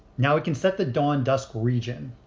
now we can set the dawn dusk region.